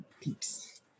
peeps